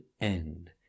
end